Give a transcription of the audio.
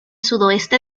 sudoeste